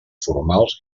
formals